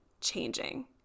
changing